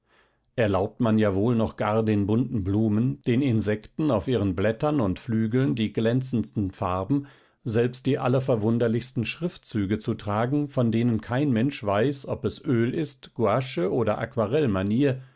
erlaubt man ja wohl noch gar den bunten blumen den insekten auf ihren blättern und flügeln die glänzendsten farben selbst die allerverwunderlichsten schriftzüge zu tragen von denen kein mensch weiß ob es öl ist guasche oder